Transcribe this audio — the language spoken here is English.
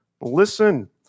listen